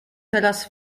teraz